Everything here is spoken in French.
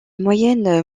moyennes